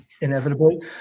inevitably